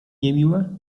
niemiłe